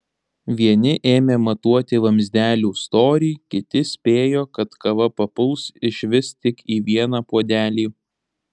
vieni ėmė matuoti vamzdelių storį kiti spėjo kad kava papuls išvis tik į vieną puodelį